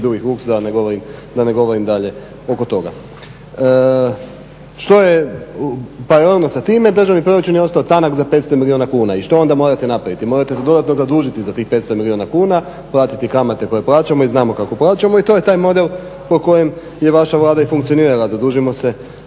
drugih … da ne govorim dalje oko toga, što je paralelno sa time državni proračun je ostao tanak za 500 milijuna kuna i što onda morate napraviti? Morate se dodatno zadužiti za tih 500 milijuna kuna, platiti kamate koje plaćamo i znamo kako plaćamo i to je taj model po kojem je vaša vlada i funkcionirala zadužimo se